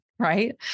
right